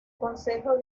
concejo